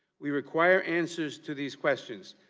we require answers to these questions.